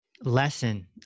lesson